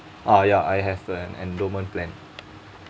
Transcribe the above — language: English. ah ya I have an endowment plan